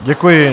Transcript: Děkuji.